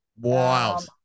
Wild